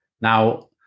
Now